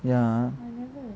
ya